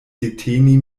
deteni